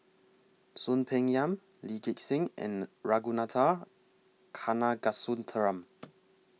Soon Peng Yam Lee Gek Seng and Ragunathar Kanagasuntheram